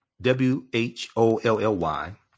W-H-O-L-L-Y